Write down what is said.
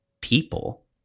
people